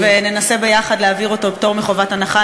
וננסה יחד להעביר אותו פטור מחובת הנחה,